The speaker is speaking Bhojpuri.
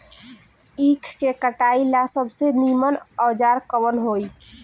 ईख के कटाई ला सबसे नीमन औजार कवन होई?